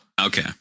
Okay